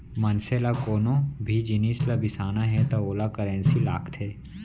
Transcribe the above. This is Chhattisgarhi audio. मनसे ल कोनो भी जिनिस ल बिसाना हे त ओला करेंसी लागथे